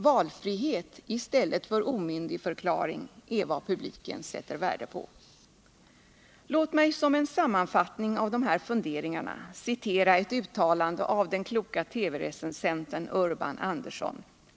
Valfrihet i stället för omyndigförklaring är vad publiken sätter värde på. Låt mig som en sammanfattning av dessa funderingar citera ett uttalande av den kloke TV-recensenten Urban Andersson.